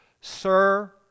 sir